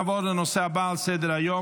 נעבור לנושא הבא על סדר-היום,